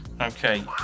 Okay